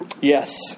Yes